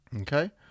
Okay